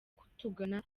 kutugana